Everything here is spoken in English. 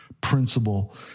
principle